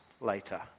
later